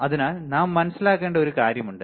അതിനാൽ നാം മനസിലാക്കേണ്ട ഒരു കാര്യമുണ്ട്